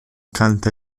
canta